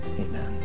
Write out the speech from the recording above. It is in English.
Amen